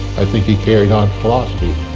i think he carried on philosophy,